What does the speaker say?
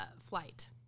flight